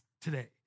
today